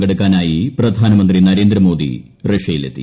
പങ്കെടുക്കാനായി പ്രധാനമന്ത്രി നരേന്ദ്രമോദി റഷ്യയിലെത്തി